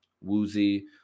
woozy